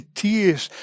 tears